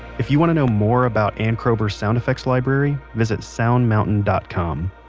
if you want to know more about ann kroeber's sound effects library, visit soundmountain dot com.